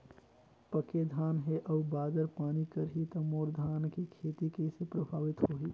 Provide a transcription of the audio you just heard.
पके धान हे अउ बादर पानी करही त मोर धान के खेती कइसे प्रभावित होही?